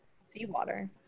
seawater